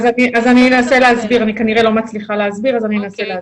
אני כנראה לא מצליחה להסביר, אז אנסה להסביר.